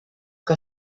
que